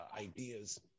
ideas